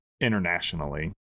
internationally